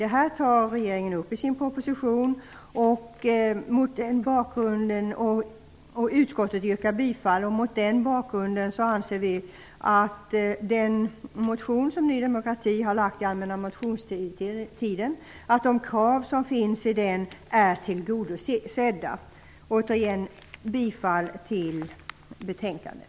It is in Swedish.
Detta tar regeringen upp i propositionen, och utskottet yrkar bifall till det. Mot den bakgrunden anser vi att kraven i den motion som Ny demokrati har väckt under allmänna motionstiden är tillgodosedda. Jag vill återigen säga att jag yrkar bifall till hemställan i betänkandet.